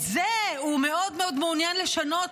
את זה הוא מאוד מאוד מעוניין לשנות,